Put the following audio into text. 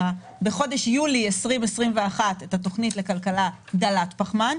בחודש יולי 2021 את התוכנית לכלכלה דלת פחמן,